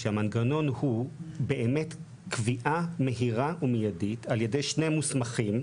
שהוא באמת קביעה מהירה ומיידית על ידי שני מוסמכים,